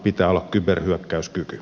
pitää olla kyberhyökkäyskyky